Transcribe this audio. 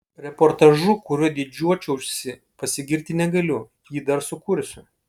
reportažu kuriuo didžiuočiausi pasigirti negaliu jį dar sukursiu